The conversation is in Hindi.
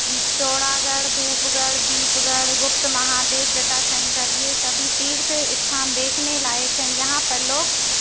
चौरागढ़ धूपगढ़ दीपगढ़ गुप्त महादेव जटाशंकर ये सभी तीर्थ स्थान देखने लायक हैं यहाँ पर लोग